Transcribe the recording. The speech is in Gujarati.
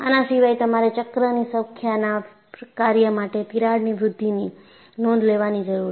આના સિવાય તમારે ચક્રની સંખ્યાના કાર્ય માટે તિરાડની વૃદ્ધિની નોંધ લેવાની જરૂર છે